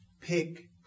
pick